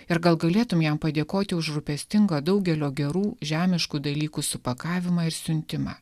ir gal galėtum jam padėkoti už rūpestingą daugelio gerų žemiškų dalykų supakavimą ir siuntimą